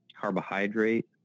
carbohydrate